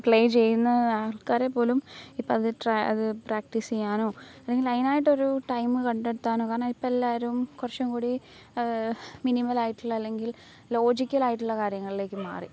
play ചെയ്യുന്ന ആൾക്കാരെപ്പോലും ഇപ്പം അത് ട്രാ അത് പ്രാക്ടീസ് ചെയ്യാനോ അല്ലെങ്കിൽ അതിനായിട്ടൊരു ടൈമ് കണ്ടെത്താനോ കാരണം ഇപ്പം എല്ലാവരും കുറച്ചും കൂടി മിനിമലായിട്ടുള്ള അല്ലെങ്കിൽ ലോജിക്കലായിട്ടുള്ള കാര്യങ്ങളിലേക്ക് മാറി